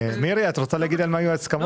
מירי, את רוצה להגיד על מה היו ההסכמות?